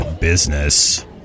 business